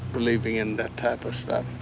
believing in that type of stuff.